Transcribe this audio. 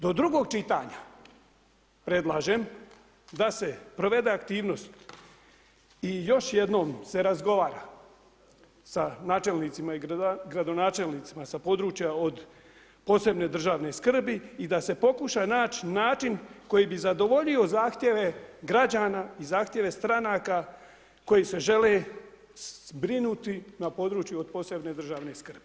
Do drugog čitanja predlažem da se provede aktivnost i još jednom se razgovara sa načelnicima i gradonačelnicima sa područja od posebne državne skrbi i da se pokuša nać način koji bi zadovoljio zahtjeve građana i zahtjeve stranaka koji se žele brinuti na području od posebne državne skrbi.